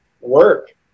work